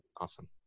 Awesome